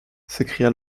s’écria